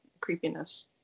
creepiness